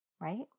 right